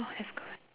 !wah! that's good